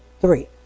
three